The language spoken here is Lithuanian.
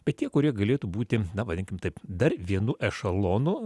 bet tie kurie galėtų būti na vadinkim taip dar vienu ešelonu